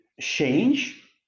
change